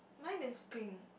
mine is pink